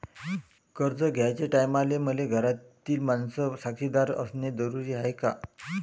कर्ज घ्याचे टायमाले मले घरातील माणूस साक्षीदार असणे जरुरी हाय का?